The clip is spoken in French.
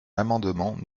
l’amendement